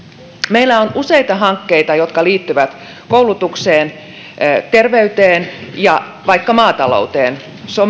meillä on useita hankkeita jotka liittyvät koulutukseen terveyteen ja vaikka maatalouteen